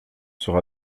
sera